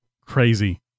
crazy